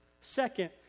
Second